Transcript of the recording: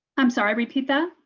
i'm sorry repeat that.